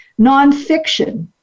nonfiction